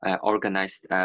organized